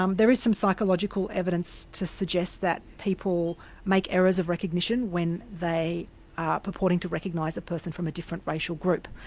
um there is some psychological evidence to suggest that people make errors of recognition when they are purporting to recognise a person from a different racial group.